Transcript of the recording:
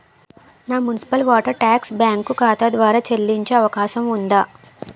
నా municipal water tax bank ఖాతా ద్వారా చెల్లించే అవకాశం ఉందా?